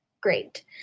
great